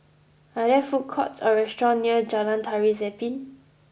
are there food courts or restaurants near Jalan Tari Zapin